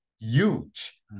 Huge